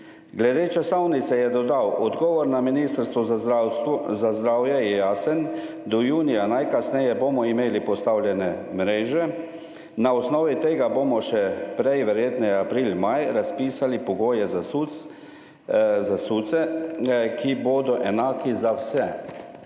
Glede časovnice je dodal: »Odgovor na ministrstvu za zdravje je jasen – najkasneje do junija bomo imeli postavljene mreže, na osnovi tega bomo še prej, najverjetneje aprila, maja, razpisali pogoje za SUC-e, ki bodo enaki za vse.«